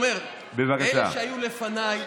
הוא אומר: אלה שהיו לפניי,